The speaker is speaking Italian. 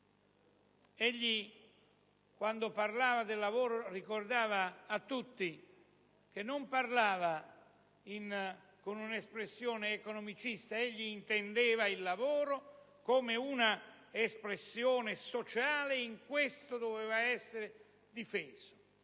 Quando parlava del lavoro ricordava a tutti che non lo intendeva come espressione economicista. Egli intendeva il lavoro come espressione sociale e in quanto tale doveva essere difeso.